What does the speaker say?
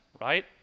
right